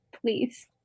Please